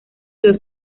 los